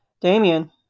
Damien